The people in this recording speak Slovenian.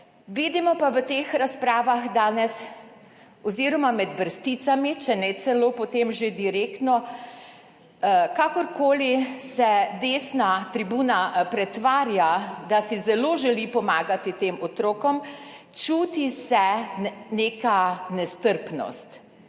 Vidimo pa v teh razpravah danes oziroma med vrsticami, če ne celo potem že direktno, kakorkoli se desna tribuna pretvarja, da si zelo želi pomagati tem otrokom, se čuti neka nestrpnost,